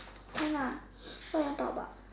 can lah what your talk about